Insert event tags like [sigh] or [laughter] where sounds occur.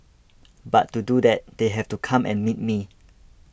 [noise] but to do that they have to come and meet me